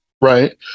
right